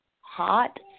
Hot